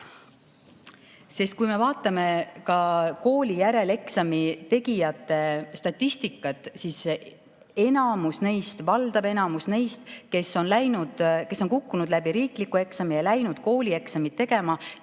Sest kui me vaatame ka koolijäreleksami tegijate statistikat, siis valdav enamus neist, kes on kukkunud läbi riiklikul eksamil ja läinud koolieksamit tegema,